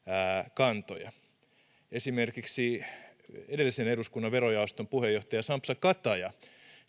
kantoja esimerkiksi edellisen eduskunnan verojaoston puheenjohtaja sampsa kataja